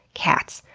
cats.